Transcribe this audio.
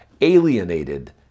alienated